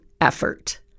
effort